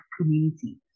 community